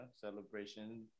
celebration